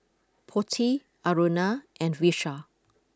Potti Aruna and Vishal